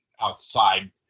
outside